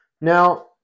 Now